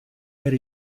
per